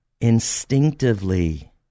instinctively